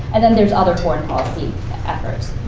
and then there's other foreign policy efforts.